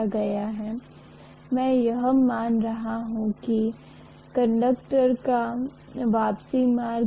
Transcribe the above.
हमने इसे प्राप्त नहीं किया है हमने मान लिया है कि ये एक कारण है और एक प्रभाव है और अंततः प्रभाव भौतिक संपत्ति पर निर्भर करता है और भौतिक संपत्ति पारगम्यता है